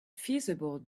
feasible